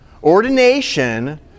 Ordination